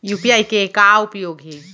UPI के का उपयोग हे?